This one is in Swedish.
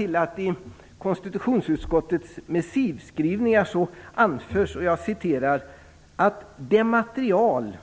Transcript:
I konstitutionsutskottets missivskrivningar anförs att det material